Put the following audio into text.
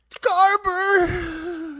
Garber